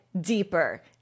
deeper